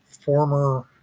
former